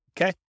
Okay